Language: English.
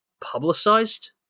publicized